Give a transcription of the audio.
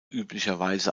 üblicherweise